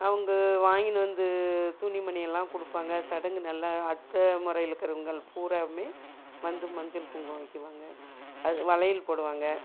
அவங்க வாங்கின்னு வந்து துணி மணியெல்லாம் கொடுப்பாங்க சடங்கு நல்லா அத்தை முறையில் இக்கறவங்கள் பூராவுமே வந்து மஞ்சள் குங்குமம் வய்க்குவாங்க அது வளையல் போடுவாங்க